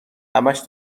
همش